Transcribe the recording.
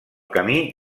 camí